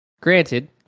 Granted